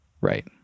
right